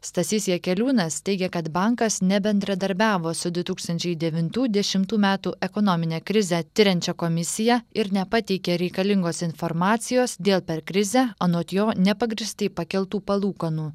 stasys jakeliūnas teigia kad bankas nebendradarbiavo su du tūkstančiai devintų dešimtų metų ekonominę krizę tiriančia komisija ir nepateikė reikalingos informacijos dėl per krizę anot jo nepagrįstai pakeltų palūkanų